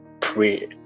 pray